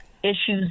issues